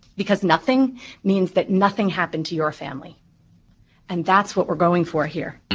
because nothing means that nothing happened to your family and that's what we're going for here.